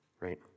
right